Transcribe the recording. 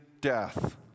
death